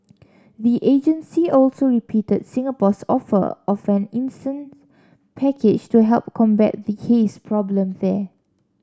the agency also repeated Singapore's offer of an instance package to help combat the haze problem there